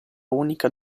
unica